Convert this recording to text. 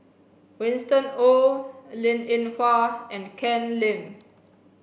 Winston Oh Linn In Hua and Ken Lim